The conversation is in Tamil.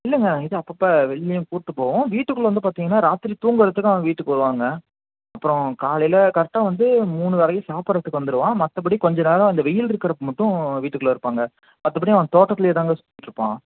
இல்லைங்க இது அப்பப்போ வெளிலயும் கூட்டு போவோம் வீட்டுக்குள்ளே வந்து பார்த்திங்கன்னா ராத்திரி தூங்கறத்துக்கும் வீட்டுக்கு வருவாங்க அப்புறம் காலையில் கரெக்டாக வந்து மூணு வேளையும் சாப்பிட்றதுக்கு வந்துவிடுவான் மற்றபடி கொஞ்ச நேரம் அந்த வெயில் இருக்குறப்போ மட்டும் வீட்டுக்குள்ளே இருப்பாங்க மற்றபடி அவன் தோட்டத்துலையே தாங்க சுற்றிட்டு இருப்பான்